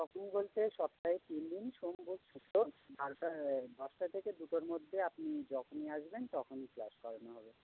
কদিন বলতে সপ্তাহে তিন দিন সোম বুধ শুক্র বারোটা দশটা থেকে দুটোর মধ্যে আপনি যখনই আসবেন তখনই ক্লাস করানো হবে